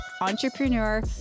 entrepreneur